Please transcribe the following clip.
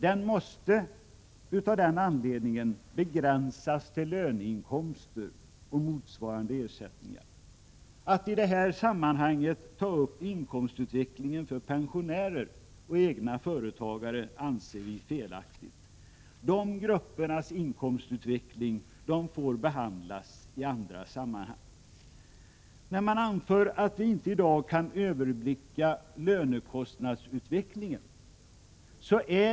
Den måste av den anledningen begränsas till löneinkomster och motsvarande ersättningar. Att i det här sammanhanget ta upp inkomstutvecklingen för pensionärer och egenföretagare anser vi felaktigt. De gruppernas inkomstutveckling får tas upp i andra sammanhang. Man anför att vi inte i dag kan överblicka lönekostnadsutvecklingen.